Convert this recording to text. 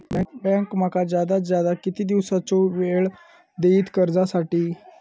Bank माका जादात जादा किती दिवसाचो येळ देयीत कर्जासाठी?